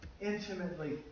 intimately